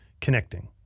connecting